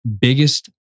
biggest